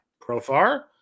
Profar